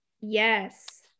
yes